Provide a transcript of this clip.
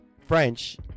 French